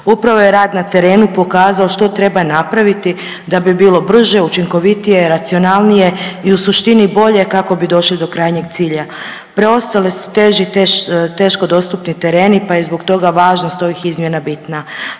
Upravo je rad na terenu pokazao što treba napraviti da bi bilo brže, učinkovitije, racionalnije i u suštini bolje, kako bi došli do krajnjeg cilja. Preostale su teži i teško dostupni tereni pa je zbog toga važnost ovih izmjena bitna.